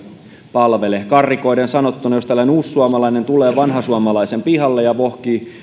palvele karrikoiden sanottuna jos uussuomalainen tulee vanhasuomalaisen pihalle ja vohkii